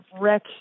wreck